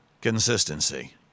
Consistency